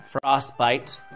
Frostbite